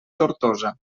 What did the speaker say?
tortosa